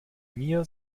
mir